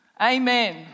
Amen